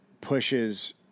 pushes